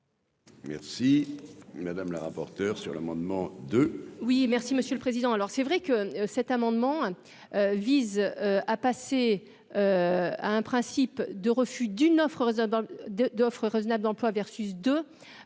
Merci madame la rapporteure sur l'amendement de.